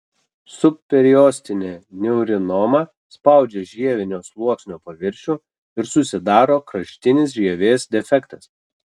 subperiostinė neurinoma spaudžia žievinio sluoksnio paviršių ir susidaro kraštinis žievės defektas